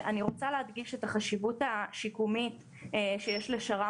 אני רוצה להדגיש את החשיבות השיקומית שיש לשר"מ